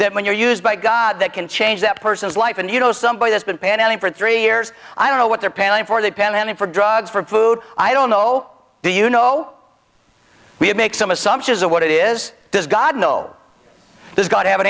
that when you're used by god that can change that person's life and you know somebody that's been planning for three years i don't know what they're paying for they panic for drugs for food i don't know the you know we have make some assumptions of what it is does god know there's got to have an